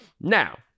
Now